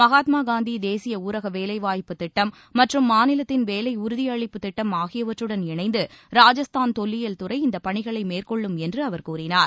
மகாத்மா காந்தி தேசிய ஊரக வேலைவாய்ப்புத் திட்டம் மற்றும் மாநிலத்தின் வேலை உறுதி அளிப்பு திட்டம் ஆகியவற்றுடன் இணைந்து ராஜஸ்தான் தொல்லியல் துறை இந்த பணிகளை மேற்கொள்ளும் என்று அவர் கூறினார்